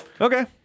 Okay